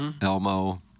Elmo